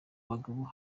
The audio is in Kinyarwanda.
bagabo